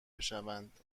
بشوند